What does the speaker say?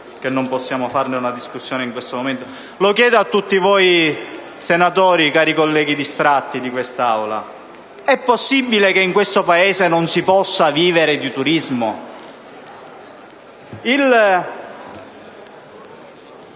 che non possiamo aprire una discussione in questo momento), e a tutti voi senatori, cari colleghi distratti di quest'Aula: è possibile che in questo Paese non si possa vivere di turismo?